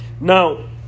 Now